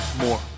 more